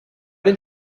dem